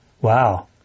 Wow